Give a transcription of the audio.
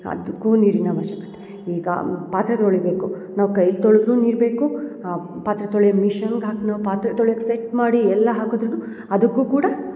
ಅದಕ್ಕು ನೀರಿನ ಆವಶ್ಯಕತೆ ಈಗ ಪಾತ್ರೆ ತೊಳಿಬೇಕು ನಾವು ಕೈಲಿ ತೊಳೆದರೂ ನೀರು ಬೇಕು ನಾವು ಪಾತ್ರೆ ತೊಳೆಯೋ ಮಿಷಿನ್ಗೆ ಹಾಕಿ ನಾವು ಪಾತ್ರೆ ತೊಳೆಯಕ್ಕೆ ಸೆಟ್ ಮಾಡಿ ಎಲ್ಲ ಹಾಕಿದ್ದರೂನು ಅದಕ್ಕೂ ಕೂಡ